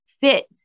fit